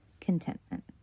contentment